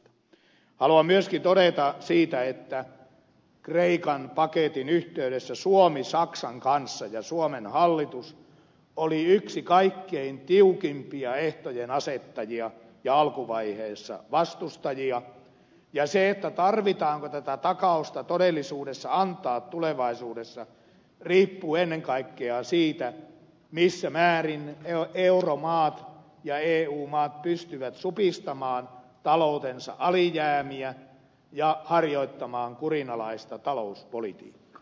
haluan myöskin todeta että kreikan paketin yhteydessä suomi saksan kanssa ja suomen hallitus olivat yksi kaikkein tiukimpia ehtojen asettajia ja alkuvaiheessa vastustajia ja se tarvitseeko tätä takausta todellisuudessa antaa tulevaisuudessa riippuu ennen kaikkea siitä missä määrin euromaat ja eu maat pystyvät supistamaan taloutensa alijäämiä ja harjoittamaan kurinalaista talouspolitiikkaa